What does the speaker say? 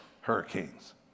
hurricanes